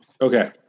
okay